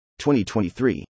2023